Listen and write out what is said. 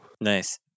Nice